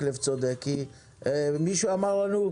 כי מישהו אמר לנו,